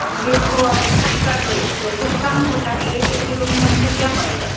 देखो अब ईखट्टा लो तो कुछ कम होता है एक एक किलो में हमको क्या पड़ेगा